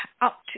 up